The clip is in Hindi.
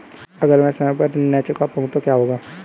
अगर म ैं समय पर ऋण न चुका पाउँ तो क्या होगा?